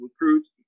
recruits